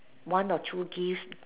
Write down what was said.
one or two gifts